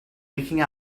leaking